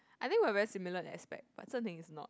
I think we are very similar in that aspect but Sen-Ting is not